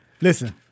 Listen